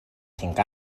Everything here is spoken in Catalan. cinc